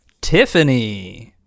Tiffany